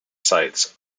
sites